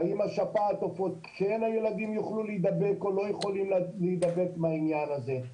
האם ילדים יכולים או לא יכולים להידבק מהעניין הזה.